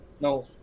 no